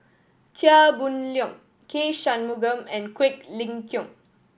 Chia Boon Leong K Shanmugam and Quek Ling Kiong